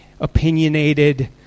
opinionated